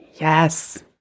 Yes